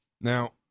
Now